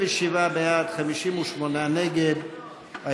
57 בעד, 58 נגד.